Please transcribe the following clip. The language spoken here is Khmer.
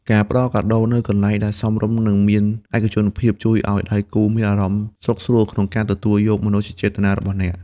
ការផ្ដល់កាដូនៅកន្លែងដែលសមរម្យ និងមានឯកជនភាព ជួយឱ្យដៃគូមានអារម្មណ៍សុខស្រួលក្នុងការទទួលយកមនោសញ្ចេតនារបស់អ្នក។